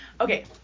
okay